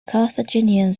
carthaginians